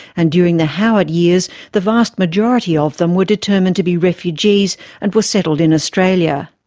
and during the howard years the vast majority of them were determined to be refugees and were settled in australia.